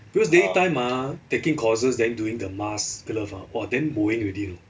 because daily time ah taking courses then doing the mask glove ah !wah! damn bo eng already know